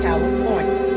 California